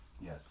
Yes